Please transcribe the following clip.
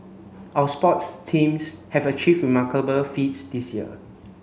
our sports teams have achieved remarkable feats this year